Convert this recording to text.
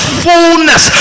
fullness